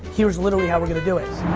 here's literally how we're going to do it.